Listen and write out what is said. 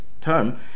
term